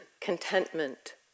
contentment